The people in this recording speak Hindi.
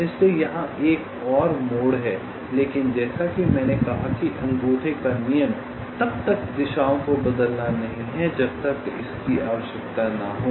इसलिए यहां एक और मोड़ है लेकिन जैसा कि मैंने कहा कि अंगूठे का नियम तब तक दिशाओं को बदलना नहीं है जब तक इसकी आवश्यकता न हो